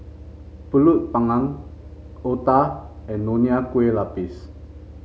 pulut Panggang Otah and Nonya Kueh Lapis